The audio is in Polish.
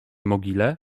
mogile